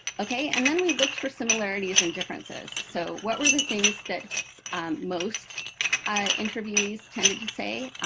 ok, and then we looked for similarities and differences. so what were the things that most ah interviewees tended to say?